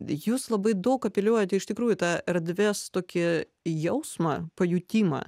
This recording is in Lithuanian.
jūs labai daug apeliuojate iš tikrųjų į tą erdvės tokį jausmą pajutimą